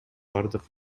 бардык